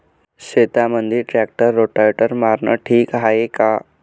शेतामंदी tractor rotavator मारनं ठीक हाये का?